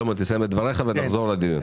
שלמה, תסיים את דבריך ותחזור לדיון.